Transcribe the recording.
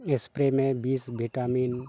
spray ᱢᱮ ᱵᱤᱥ vitamin